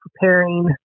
preparing